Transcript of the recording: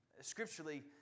scripturally